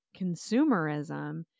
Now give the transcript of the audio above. consumerism